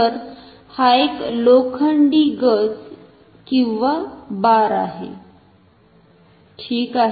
तर हा एक लोखंडी गजबार आहे ठीक आहे